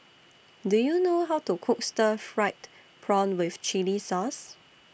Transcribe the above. Do YOU know How to Cook Stir Fried Prawn with Chili Sauce